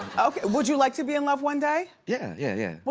would you like to be in love one day? yeah, yeah, yeah.